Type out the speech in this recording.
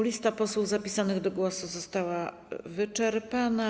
Lista posłów zapisanych do głosu została wyczerpana.